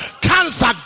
cancer